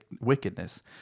wickedness